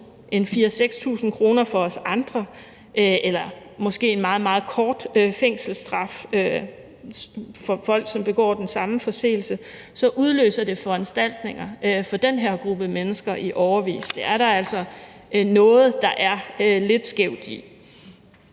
4.000-6.000 kr. for os andre eller måske en meget, meget kort fængselsstraf for folk, som begår den samme forseelse, udløser foranstaltninger for den her gruppe mennesker i årevis. Det er der altså noget der er lidt skævt i.